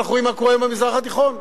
ואנחנו רואים מה קורה במזרח התיכון: